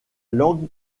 langue